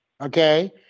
Okay